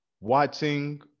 watching